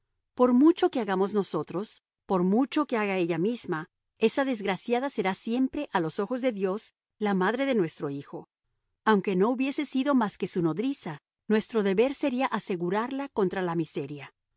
por mucho que hagamos nosotros por mucho que haga ella misma esa desgraciada será siempre a los ojos de dios la madre de nuestro hijo aunque no hubiese sido más que su nodriza nuestro deber sería asegurarla contra la miseria